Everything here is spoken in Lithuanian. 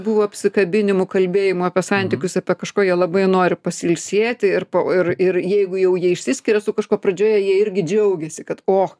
buvo apsikabinimų kalbėjimų apie santykius apie kažką jie labai nori pasiilsėti ir ir ir jeigu jau jie išsiskiria su kažkuo pradžioje jie irgi džiaugiasi kad och